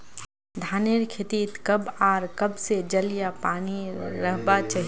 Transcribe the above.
धानेर खेतीत कब आर कब से जल या पानी रहबा चही?